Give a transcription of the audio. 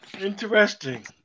Interesting